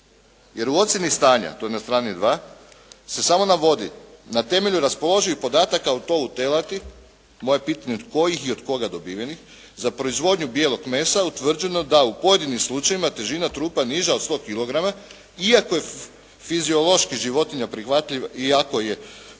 jer u ocjeni stanja, to je na strani 2, se samo navodi, na temelju raspoloživih podataka o tovu teladi. Moje je pitanje kojih i od koga dobivenih, za proizvodnju bijelog mesa utvrđeno je da u pojedinim slučajevima težina trupa niža od 100 kilograma, iako je fiziološki životinja prihvatljiva za klanje i zato